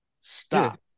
stop